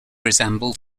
resemble